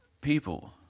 people